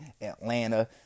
Atlanta